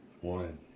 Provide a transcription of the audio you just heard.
One